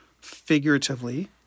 figuratively